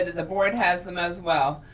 the board has them as well.